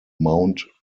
mount